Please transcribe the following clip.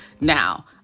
Now